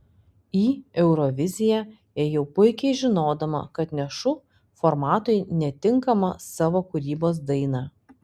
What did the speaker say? į euroviziją ėjau puikiai žinodama kad nešu formatui netinkamą savo kūrybos dainą